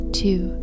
two